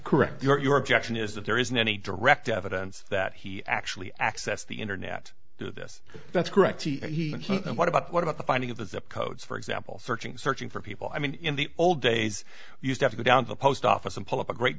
correct york action is that there isn't any direct evidence that he actually access the internet to this that's correct and what about what about the finding of the zip codes for example searching searching for people i mean in the old days you'd have to go down to the post office and pull up a great